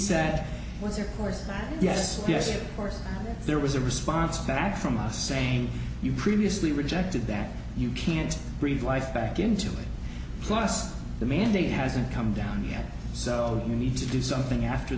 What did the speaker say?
said was your course yes yes of course there was a response back from us same you previously rejected that you can't breathe life back into it plus the mandate hasn't come down yet so you need to do something after